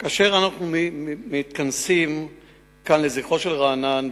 כאשר אנחנו מתכנסים כאן לזכרו של רענן,